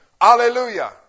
Hallelujah